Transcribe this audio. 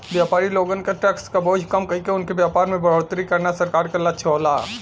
व्यापारी लोगन क टैक्स क बोझ कम कइके उनके व्यापार में बढ़ोतरी करना सरकार क लक्ष्य होला